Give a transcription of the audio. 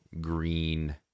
green